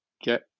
get